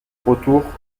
retour